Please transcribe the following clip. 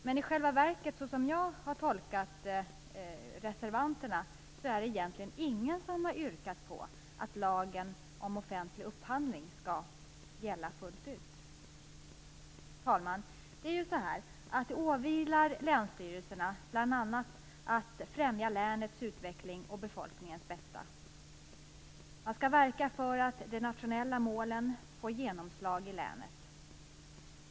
Men som jag har tolkat reservanterna är det egentligen ingen som har yrkat på att lagen om offentlig upphandling skall gälla fullt ut. Fru talman! Det åvilar länsstyrelserna att bl.a. främja länets utveckling och befolkningens bästa. De skall verka för att de nationella målen får genomslag i länet.